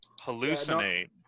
Hallucinate